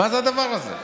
מה זה הדבר הזה?